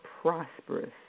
prosperous